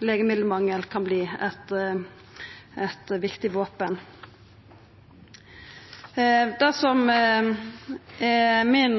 legemiddelmangel kan verta eit viktig våpen. Det som er min